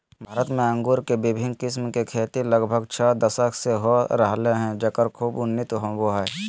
भारत में अंगूर के विविन्न किस्म के खेती लगभग छ दशक से हो रहल हई, जेकर खूब उन्नति होवअ हई